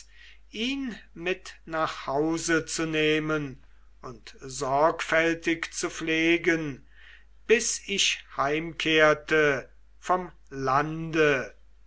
ihn mit nach hause zu nehmen und sorgfältig zu pflegen bis ich heimkehrte vom lande